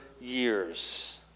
years